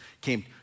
came